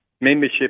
membership